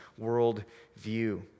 worldview